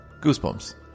Goosebumps